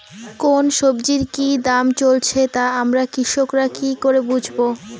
কোন সব্জির কি দাম চলছে তা আমরা কৃষক রা কি করে বুঝবো?